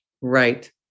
Right